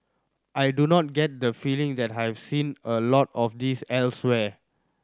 I do not get the feeling that I have seen a lot of this elsewhere